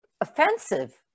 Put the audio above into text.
offensive